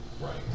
Right